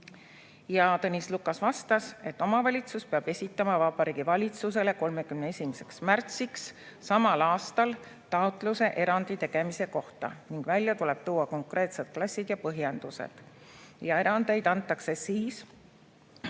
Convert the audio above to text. Tõnis Lukas vastas, et omavalitsus peab esitama Vabariigi Valitsusele 31. märtsiks samal aastal taotluse erandi tegemise kohta ning välja tuleb tuua konkreetsed klassid ja põhjendused. Erandeid annab valitsus